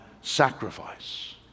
sacrifice